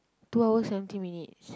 two hours seventeen minutes